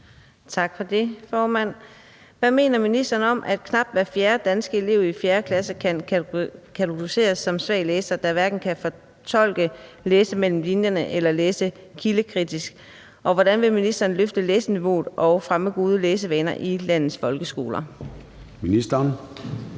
Tak for det, formand. Hvad mener ministeren om, at knap hver fjerde danske elev i 4. klasse kan kategoriseres som svag læser, der hverken kan fortolke, læse mellem linjerne eller læse kildekritisk, og hvordan vil ministeren løfte læseniveauet og fremme gode læsevaner i landets folkeskoler? Kl.